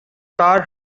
car